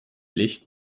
licht